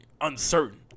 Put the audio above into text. uncertain